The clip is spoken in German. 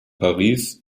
paris